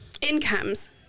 incomes